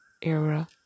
era